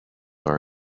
are